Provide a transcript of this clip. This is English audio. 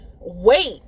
wait